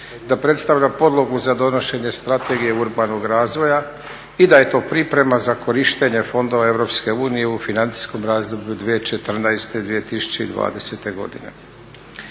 da predstavlja podlogu za donošenje Strategije urbanog razvoja i da je to priprema za korištenje fondova Europske unije u financijskom razdoblju 2014.-2020. godine.